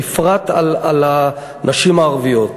בפרט במה שנוגע לנשים הערביות,